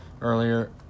earlier